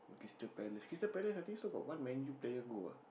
Crystal-Palace Crystal-Palace I think got still got one Man-U player go ah